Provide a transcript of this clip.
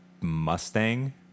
Mustang